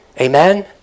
Amen